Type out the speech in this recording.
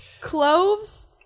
cloves